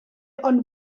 ond